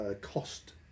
cost